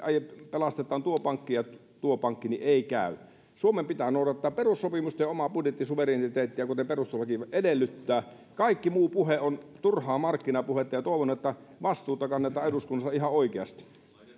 pelastetaan tuo pankki ja tuo pankki niin ei käy suomen pitää noudattaa perussopimusta ja omaa budjettisuvereniteettiaan kuten perustuslaki edellyttää kaikki muu puhe on turhaa markkinapuhetta ja toivon että vastuuta kannetaan eduskunnassa ihan oikeasti